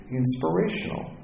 inspirational